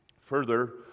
Further